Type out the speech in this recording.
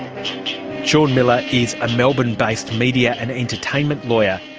shaun miller is a melbourne-based media and entertainment lawyer.